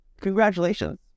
Congratulations